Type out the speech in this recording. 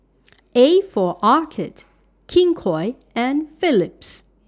A For Arcade King Koil and Philips